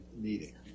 meeting